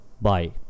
bye